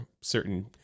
certain